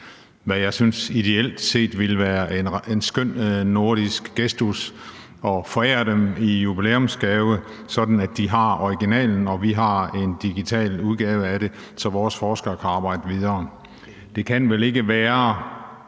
– jeg synes reelt set, at det ville være en skøn nordisk gestus at forære dem den i jubilæumsgave, sådan at de har originalen, og vi har en digital udgave af den, så vores forskere kan arbejde videre.